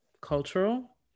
cultural